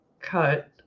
cut